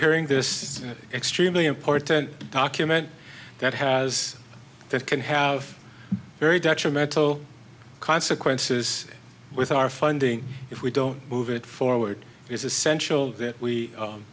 hearing this extremely important document that has that can have very detrimental consequences with our funding if we don't move it forward it's essential that we